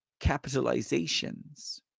capitalizations